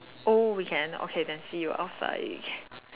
oh we can okay then see you outside